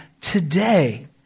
today